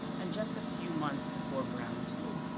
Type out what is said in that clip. and just a few months, before brown two,